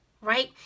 right